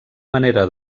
manera